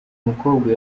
mukobwa